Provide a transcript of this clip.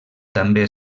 també